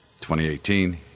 2018